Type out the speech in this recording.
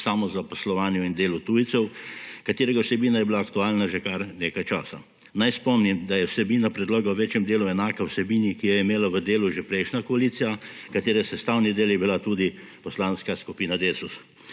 samozaposlovanju in delu tujcev, katerega vsebina je bila aktualna že kar nekaj časa. Naj spomnim, da je vsebina predlogov v večjem delu enaka vsebini, ki jo je imela v delu že prejšnja koalicija, katere sestavni del je bila tudi Poslanska skupina DeSUS.